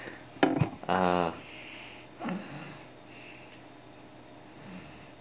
uh !huh!